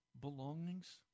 belongings